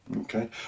Okay